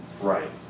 Right